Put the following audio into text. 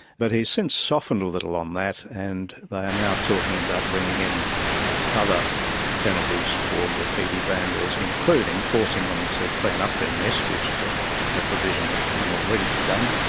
but he's since softened a little on that, and they are now talking about bringing in other penalties for graffiti vandals, including forcing them to clean up their mess, which is ah a provision that can already be done,